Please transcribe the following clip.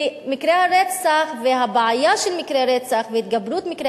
כי מקרי רצח והבעיה של מקרי רצח והתגברות מקרי